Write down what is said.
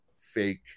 fake